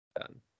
Done